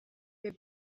wer